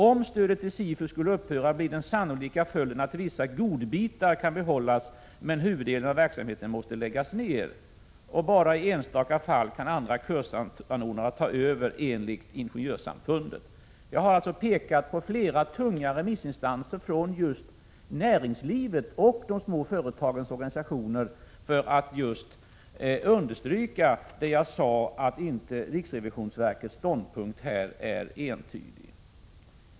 Om stödet till SIFU skulle upphöra, blir den sannolika följden att vissa ”godbitar” kan behållas men huvuddelen av verksamheten måste läggas ned. Bara i enstaka fall kan andra kursanordnare ta över, enligt Ingenjörssamfundet. Jag har pekat på flera tunga remissinstanser från just näringslivet och de små företagens organisationer för att understryka det jag sade om att riksrevisionsverkets ståndpunkt inte är något uttryck för en entydig uppfattning.